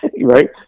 right